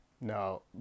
No